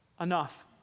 Enough